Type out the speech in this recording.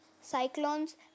cyclones